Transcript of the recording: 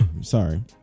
sorry